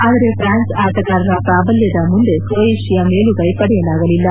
ಆದರೆ ಪ್ರಾನ್ಸ್ ಆಟಗಾರರ ಪ್ರಾಬಲ್ಲದ ಮುಂದೆ ಕ್ರೊಯೇಷ್ನಾ ಮೇಲುಗೈ ಪಡೆಯಲಾಗಲಿಲ್ಲ